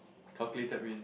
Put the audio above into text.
calculated risk